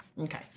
Okay